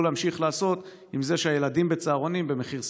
להמשיך לעשות כשהילדים בצהרונים במחיר סביר.